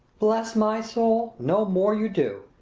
bless my soul, no more you do!